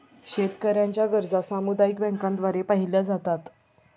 शेतकऱ्यांच्या गरजा सामुदायिक बँकांद्वारे पाहिल्या जातात